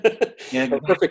perfect